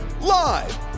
Live